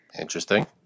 Interesting